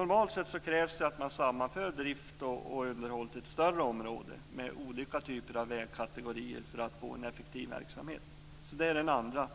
Normalt krävs det att man sammanför drift och underhåll till ett större område med olika typer av vägkategorier för att få en effektiv verksamhet. Det är den andra